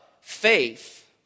faith